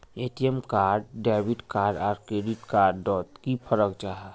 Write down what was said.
ATM card debit card आर credit card डोट की फरक जाहा?